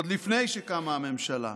עוד לפני שקמה הממשלה.